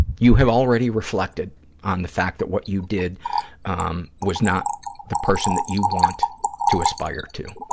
you have already reflected on the fact that what you did um was not the person that you want to aspire to,